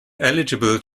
eligible